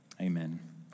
Amen